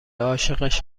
عاشقش